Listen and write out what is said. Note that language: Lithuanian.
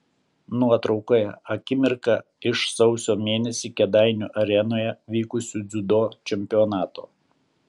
nuotraukoje akimirka iš sausio mėnesį kėdainių arenoje vykusio dziudo čempionato